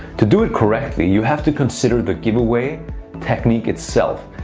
to do it correctly, you have to consider the giveaway technique itself,